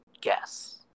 guess